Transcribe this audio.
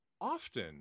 often